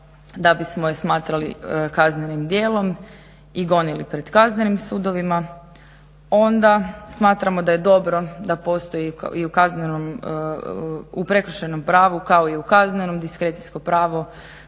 da bismo je smatrali kaznenim djelom i gonili pred kaznenim sudovima onda smatramo da je dobro da postoji i u prekršajnom pravu kao i u kaznenom diskrecijsko pravo